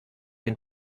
den